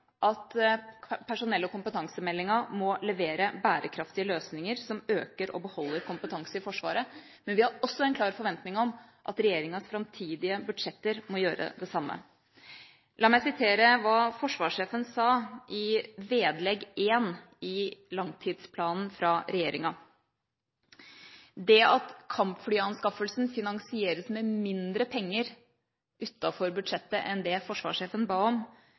personell- og kompetansemeldinga må levere bærekraftige løsninger som øker og beholder kompetanse i Forsvaret. Men vi har også en klar forventning om regjeringas framtidige budsjetter må gjøre det samme. La meg sitere hva forsvarssjefen sa i vedlegg 1 i langtidsplanen fra regjeringa. Det at kampflyanskaffelsen finansieres med mindre penger utenfor budsjettet enn det forsvarssjefen ba om,